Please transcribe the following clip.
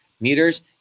meters